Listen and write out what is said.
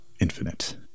infinite